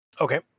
Okay